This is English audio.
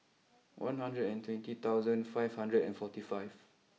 one hundred and twenty thousand five hundred and forty five